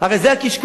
הרי זה הקשקוש,